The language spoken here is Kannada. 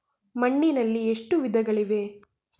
ಮಣ್ಣಿನಲ್ಲಿ ಎಷ್ಟು ವಿಧಗಳಿವೆ?